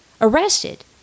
Arrested